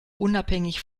unabhängig